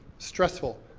stressful.